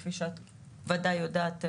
כפי שאת ודאי יודעת,